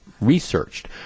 researched